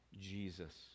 Jesus